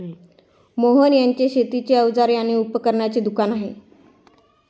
मोहन यांचे शेतीची अवजारे आणि उपकरणांचे दुकान आहे